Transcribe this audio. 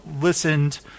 listened